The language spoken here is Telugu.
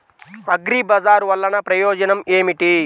అగ్రిబజార్ వల్లన ప్రయోజనం ఏమిటీ?